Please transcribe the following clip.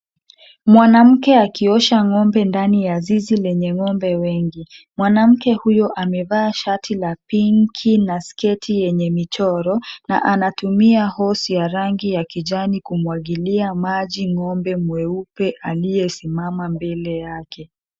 Mwanamke akiosha ng'ombe ndani ya zizi lenye ng'ombe wengi. Mwanamke huyo amevaa shati la pinki na sketi yenye michoro, na anatumia hose ya rangi ya kijani kumwagilia maji ng'ombe mweupe aliyesimama mbele yake.